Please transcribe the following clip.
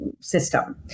system